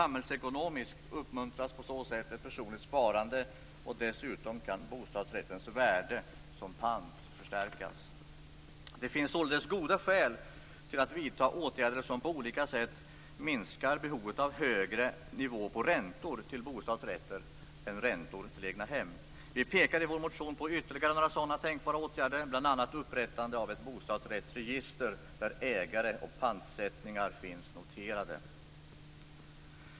Samhällsekonomiskt uppmuntras på så sätt ett personligt sparande, och dessutom kan bostadsrättens värde som pant förstärkas. Det finns således goda skäl till att vidta åtgärder som på olika sätt minskar behovet av högre nivåer på räntor till bostadsrätter än räntor till egnahem. Vi pekar i vår motion på ytterligare några sådana tänkbara åtgärder, bl.a. upprättande av ett bostadsrättsregister där ägare och pantsättningar finns noterade.